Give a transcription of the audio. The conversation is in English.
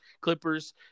Clippers